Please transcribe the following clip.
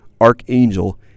archangel